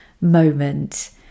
moment